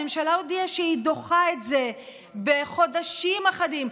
הממשלה הודיעה שהיא דוחה את זה בחודשים אחדים,